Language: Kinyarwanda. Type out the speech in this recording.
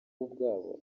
ubwabo